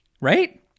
right